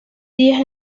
días